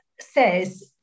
says